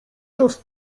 czas